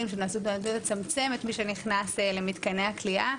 שנעשו כדי לצמצם את מי שנכנס למתקני הכליאה.